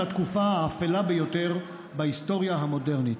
התקופה האפלה ביותר בהיסטוריה המודרנית.